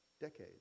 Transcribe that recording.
decades